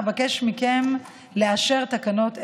אבקש מכם לאשר תקנות אלה,